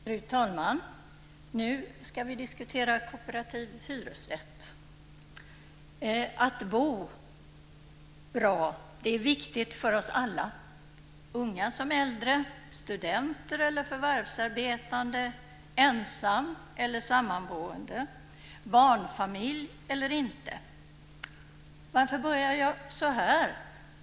Fru talman! Nu ska vi diskutera kooperativ hyresrätt. Att bo bra är viktigt för oss alla - unga som äldre, studenter eller förvärvsarbetande, ensam eller sammanboende, barnfamilj eller människor utan barn. Varför börjar jag så här?